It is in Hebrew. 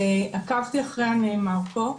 עקבתי אחרי הנאמר פה,